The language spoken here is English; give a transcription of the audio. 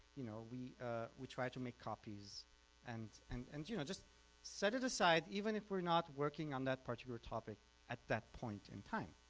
you know, we we try to make copies and and and you know just set it aside even if we're not working on that particular topic at that point in time.